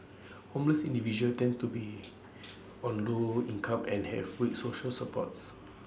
homeless individuals tend to be on low income and have weak social supports